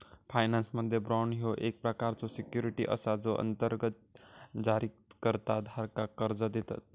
फायनान्समध्ये, बाँड ह्यो एक प्रकारचो सिक्युरिटी असा जो अंतर्गत जारीकर्ता धारकाक कर्जा देतत